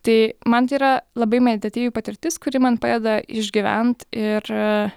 tai man tai yra labai meditatyvi patirtis kuri man padeda išgyvent ir